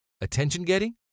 Attention-getting